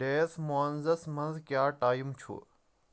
ڈیس موئنزس منٛز کیٛاہ ٹایم چھُ ؟